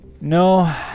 No